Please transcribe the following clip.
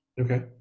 Okay